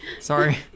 Sorry